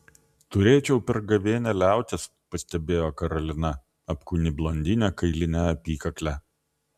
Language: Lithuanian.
turėčiau per gavėnią liautis pastebėjo karolina apkūni blondinė kailine apykakle